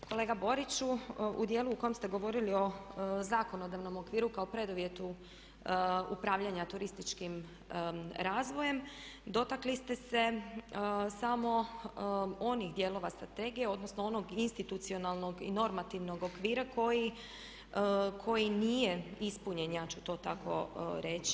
Kolega Boriću, u dijelu u kom ste govorili o zakonodavnom okviru kao preduvjetu upravljanja turističkim razvojem dotakli ste se samo onih dijelova Strategije, odnosno onog institucionalnog i normativnog okvira koji nije ispunjen ja ću to tako reći.